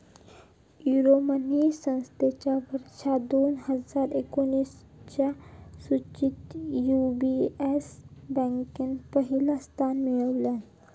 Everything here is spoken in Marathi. यूरोमनी संस्थेच्या वर्ष दोन हजार एकोणीसच्या सुचीत यू.बी.एस बँकेन पहिला स्थान मिळवल्यान